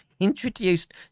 introduced